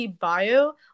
bio